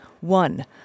One